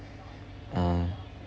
uh